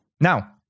Now